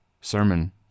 sermon